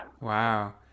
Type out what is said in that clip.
Wow